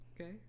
Okay